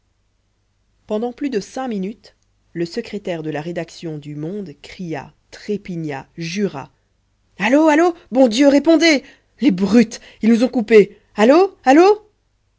pendant plus de cinq minutes le secrétaire de la rédaction du monde cria trépigna jura allô allô bon dieu répondez les brutes ils nous ont coupés allô allô